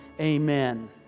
Amen